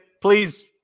Please